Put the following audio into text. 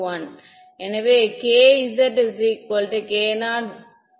எனவே kz k0 cosθ